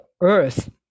Earth